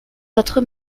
votre